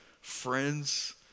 friends